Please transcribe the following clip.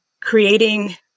creating